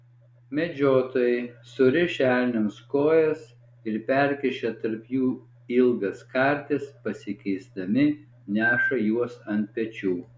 medžiotojai surišę elniams kojas ir perkišę tarp jų ilgas kartis pasikeisdami neša juos ant pečių